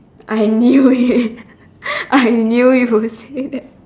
I knew it I knew you would say that